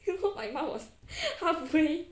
听说 my mom was halfway